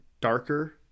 darker